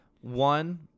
one